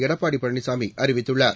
எடப்படி பழனிசாமி அறிவித்துள்ளார்